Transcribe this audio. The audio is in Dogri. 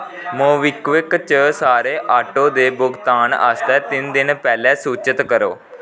मोबीक्विक च सारे आटो दे भुगतान आस्तै तिन दिन पैह्लै सूचत करो